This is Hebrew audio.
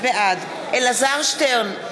בעד אלעזר שטרן,